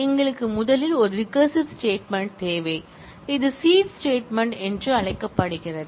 எங்களுக்கு முதலில் ஒரு ரிகரசிவ் ஸ்டேட்மென்ட் தேவை இது ஸீட் ஸ்டேட்மென்ட் என்று அழைக்கப்படுகிறது